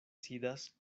sidas